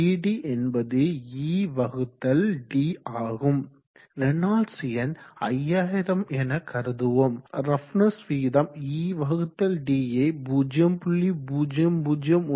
ed என்பது e வகுத்தல் d ஆகும் ரேனால்ட்ஸ் எண் 5000 என கருதுவோம் ரஃப்னஸ் விகிதம் ed யை 0